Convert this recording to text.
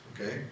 Okay